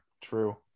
true